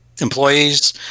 employees